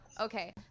okay